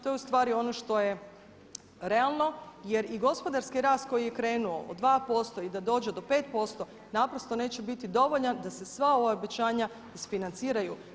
To je ustavni ono što je realno jer i gospodarski rast koji je krenuo od 2% i da dođe do 5% naprosto neće biti dovoljan da se sva ova obećanja isfinanciraju.